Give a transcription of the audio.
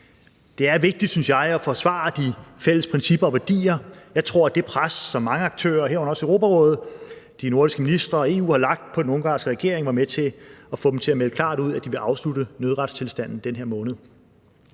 Det er vigtigt, synes jeg, at forsvare de fælles principper og værdier. Jeg tror, at det pres, som mange aktører, herunder også Europarådet, de nordiske ministre og EU har lagt på den ungarske regering, var med til at få dem til at melde klart ud, at de vil afslutte nødretstilstanden i den her måned.